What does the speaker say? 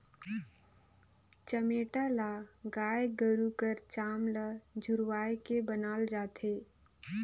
चमेटा ल गाय गरू कर चाम ल झुरवाए के बनाल जाथे